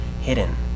hidden